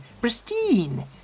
pristine